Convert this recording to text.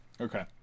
Okay